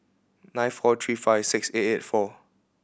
nine four three five six eight eight four